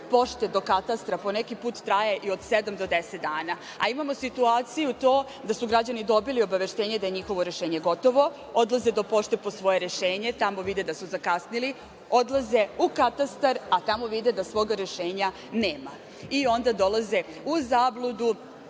pošte do katastra po neki put traje i od sedam do deset dana, a imamo situaciju da su građani dobili obaveštenje da je njihovo rešenje gotovo, odlaze do pošte svoje rešenje, tamo vide da su zakasnili, odlaze u katastar, a tamo vide da svog rešenja nema i onda dolaze u zabludu,